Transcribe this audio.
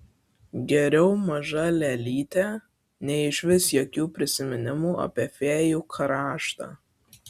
geriau maža lėlytė nei išvis jokių prisiminimų apie fėjų kraštą